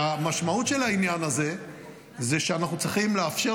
המשמעות של העניין הזה היא שאנחנו צריכים לאפשר